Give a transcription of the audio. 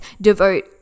devote